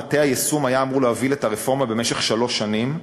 מטה היישום היה אמור להוביל את הרפורמה במשך שלוש שנים,